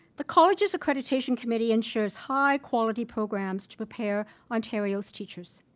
the college's accreditation committee ensures high quality programs to prepare ontario's teachers.